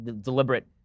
deliberate